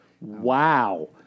Wow